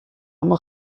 اما